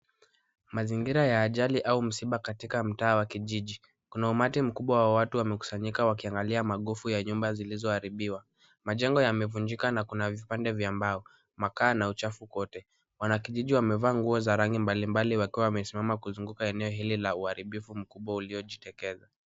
Mazingira ya ajali au msiba katika mtaa wa kijiji. Kuna umati mkubwa wa watu wamekusanyika wakiangalia magufu ya nyumba zilizoharibiwa. Majengo yamevunjika na kuna vipande vya mbao, makaa na uchafu kote. Wanakijiji wamevaa mavazi ya rangi mbali mbali wakiwa wamesimama kuzunguka eneo hili la uhariifu mkubwa uliojitokea.